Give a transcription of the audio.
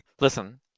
Listen